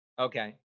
Okay